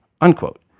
Unquote